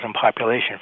population